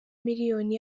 miliyoni